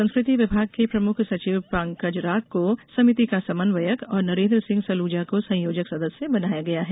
संस्कृति विभाग के प्रमुख सचिव पंकज राग को समिति का समन्वयक और नरेन्द्र सिंह सलूजा को संयोजक सदस्य बनाया गया है